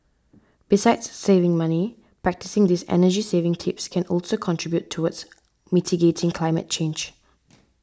besides saving money practising these energy saving tips can also contribute towards mitigating climate change